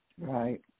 Right